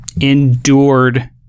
endured